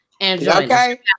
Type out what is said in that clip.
Okay